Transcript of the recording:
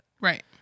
Right